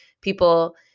people